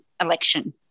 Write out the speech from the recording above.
election